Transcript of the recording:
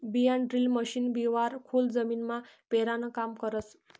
बियाणंड्रील मशीन बिवारं खोल जमीनमा पेरानं काम करस